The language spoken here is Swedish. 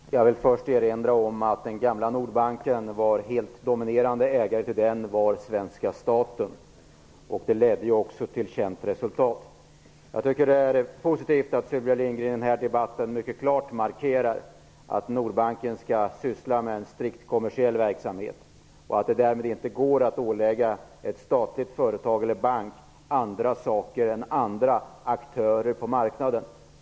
Herr talman! Jag vill först erinra om att den helt dominerande ägaren till den gamla Nordbanken var svenska staten. Det ledde också till känt resultat. Jag tycker att det är positivt att Sylvia Lindgren här i debatten mycket klart markerar att Nordbanken skall syssla med en strikt kommersiell verksamhet och att det därmed inte går att ålägga ett statlig företag eller en statlig bank andra uppgifter än andra aktörer på marknaden har.